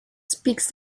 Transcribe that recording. speaks